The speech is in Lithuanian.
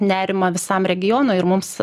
nerimą visam regionui ir mums